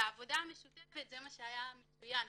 העבודה המשותפת זה מה שהיה מצוין.